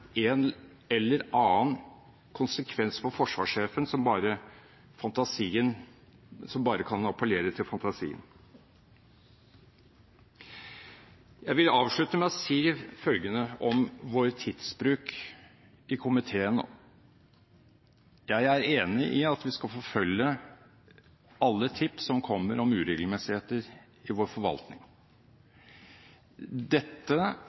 en eller annen konsekvens for forsvarssjefen som bare kan appellere til fantasien. Jeg vil avslutte med å si følgende om vår tidsbruk i komiteen: Jeg er enig i at vi skal forfølge alle tips som kommer om uregelmessigheter i vår forvaltning. Dette